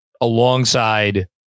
alongside